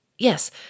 Yes